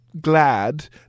glad